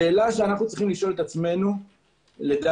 השאלה שעלינו לשאול את עצמנו לדעתי,